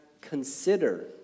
Consider